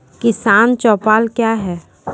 किसान चौपाल क्या हैं?